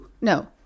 No